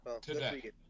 Today